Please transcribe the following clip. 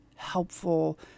helpful